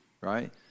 Right